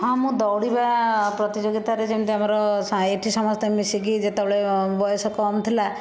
ହଁ ମୁଁ ଦୌଡ଼ିବା ପ୍ରତିଯୋଗୀତାରେ ଯେମିତି ଆମର ଏଇଠି ସମସ୍ତେ ମିଶିକି ଯେତେବେଳେ ବୟସ କମ ଥିଲା